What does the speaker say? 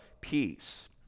peace